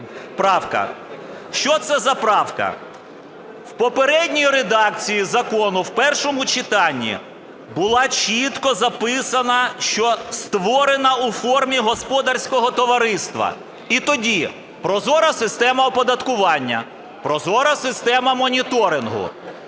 правка. Що це за правка? В попередній редакції закону, в першому читанні, була чітко записана, що "створена у формі господарського товариства". І тоді: прозора система оподаткування, прозора система моніторингу.